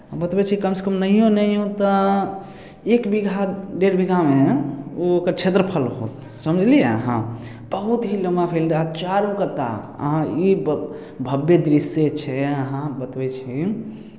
बतबै छी कमसँ कम नहिओ नहिओ तऽ एक बीघा डेढ़ बीघामे ओ ओकर क्षेत्रफल होत समझलियै अहाँ बहुत ही लम्बा फील्ड आ चारू कत्ता अहाँ ई ब भव्य दृश्य छै अहाँ बतबै छी